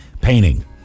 painting